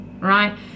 right